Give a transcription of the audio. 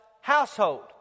household